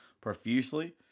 profusely